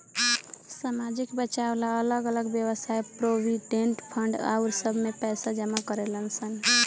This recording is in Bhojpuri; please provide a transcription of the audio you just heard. सामाजिक बचाव ला अलग अलग वयव्साय प्रोविडेंट फंड आउर सब में पैसा जमा करेलन सन